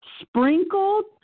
sprinkled